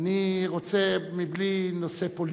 בלי נושא פוליטי,